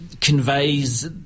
conveys